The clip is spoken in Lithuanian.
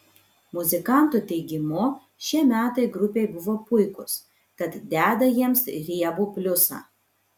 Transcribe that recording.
muzikantų teigimu šie metai grupei buvo puikūs tad deda jiems riebų pliusą